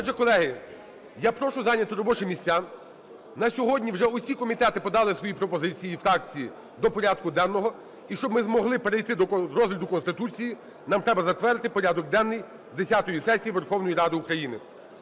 Отже, колеги, я прошу зайняти робочі місця. На сьогодні вже всі комітети подали свої пропозиції, і фракції, до порядку денного, і щоб ми змогли перейти до розгляду Конституції, нам треба затвердити порядок денний десятої сесії Верховної Ради України.